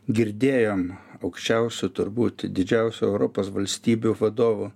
girdėjom aukščiausių turbūt didžiausių europos valstybių vadovų